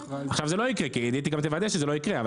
עכשיו זה לא יקרה, כי עידית גם תוודא שזה לא יקרה.